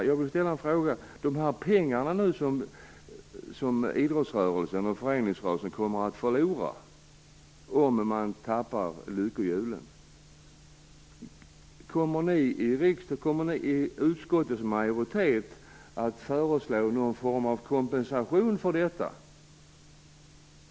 Jag undrar beträffande de pengar som idrottsrörelsen och föreningsrörelsen förlorar, om dessa tappar lyckohjulen, om ni i utskottets majoritet kommer att föreslå någon form av kompensation för detta.